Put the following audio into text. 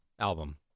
album